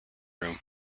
room